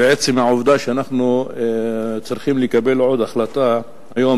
ועצם העובדה שאנחנו צריכים לקבל עוד החלטה היום,